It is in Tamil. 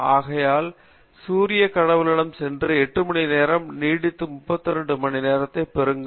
ஆகையால் சூரிய கடவுளிடம் சென்று 8 மணிநேரம் நீடித்து 32 மணி நேரத்தை பெறுங்கள்